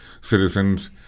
citizens